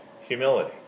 humility